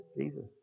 Jesus